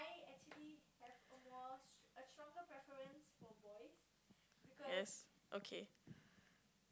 yes okay